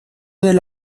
del